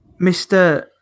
Mr